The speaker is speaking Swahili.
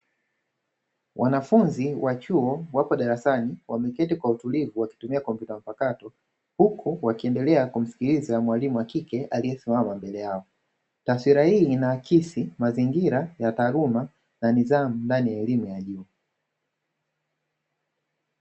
Wanafunzi wa chuo wako darasani wameketi kwa utulivu wakitumia kompyuta mpakato, huku wakiendelea kumsikiliza mwalimu wa kike aliesimama mbele yao. Taswira hii inaakisi mazingira ya taaluma na nidhamu ndani ya elimu ya juu.